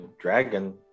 dragon